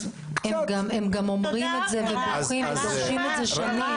אז קצת --- הם גם אומרים את זה ובוכים ודורשים את זה שנים.